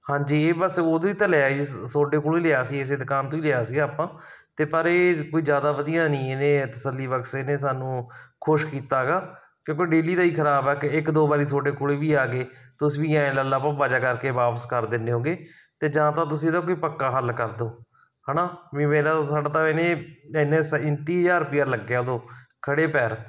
ਹਾਂਜੀ ਇਹ ਬਸ ਉਦੋਂ ਹੀ ਤਾਂ ਲਿਆ ਤੁਹਾਡੇ ਕੋਲੋਂ ਹੀ ਲਿਆ ਸੀ ਇਸ ਦੁਕਾਨ ਤੋਂ ਹੀ ਲਿਆ ਸੀਗਾ ਆਪਾਂ ਅਤੇ ਪਰ ਇਹ ਕੋਈ ਜ਼ਿਆਦਾ ਵਧੀਆ ਨਹੀਂ ਇਹਨੇ ਤਸੱਲੀ ਬਖਸ਼ ਇਹਨੇ ਸਾਨੂੰ ਖੁਸ਼ ਕੀਤਾ ਗਾ ਕਿਉਂਕਿ ਡੇਲੀ ਦਾ ਹੀ ਖਰਾਬ ਆ ਕਿ ਇੱਕ ਦੋ ਵਾਰ ਤੁਹਾਡੇ ਕੋਲ ਵੀ ਆ ਗਏ ਤੁਸੀਂ ਵੀ ਐਂ ਲੱਲਾ ਭੱਬਾ ਕਰਕੇ ਵਾਪਿਸ ਕਰ ਦਿੰਦੇ ਹੋਗੇ ਤੇ ਜਾਂ ਤਾਂ ਤੁਸੀਂ ਇਹਦਾ ਕੋਈ ਪੱਕਾ ਹੱਲ ਕਰ ਦਿਓ ਹੈ ਨਾ ਵੀ ਮੇਰਾ ਸਾਡਾ ਤਾਂ ਇਹਨੇ ਇਨ ਤੀਹ ਹਜ਼ਾਰ ਰੁਪਈਆ ਲੱਗਿਆ ਉਦੋਂ ਖੜੇ ਪੈਰ